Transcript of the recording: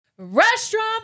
Restaurant